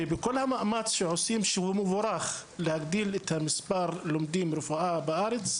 ובכל המאמץ המבורך שעושים כדי להגדיל את מספר הלומדים רפואה בארץ,